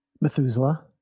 Methuselah